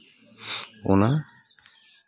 ᱚᱱᱟ